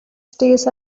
stays